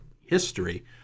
history